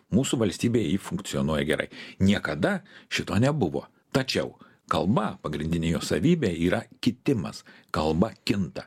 mūsų valstybėj ji funkcionuoja gerai niekada šito nebuvo tačiau kalba pagrindinė jos savybė yra kitimas kalba kinta